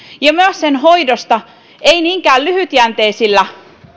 ja myös sen hoidosta ei niinkään lyhytjänteisillä